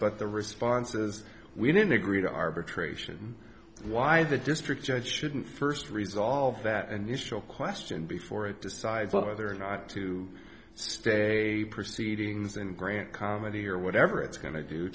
but the responses we didn't agree to arbitration why the district judge shouldn't first resolve that initial question before it decides whether or not to stay proceedings and grant comedy or whatever it's going to do